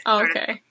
okay